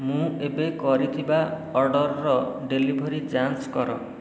ମୁଁ ଏବେ କରିଥିବା ଅର୍ଡ଼ର୍ର ଡେଲିଭରୀ ଯାଞ୍ଚ କର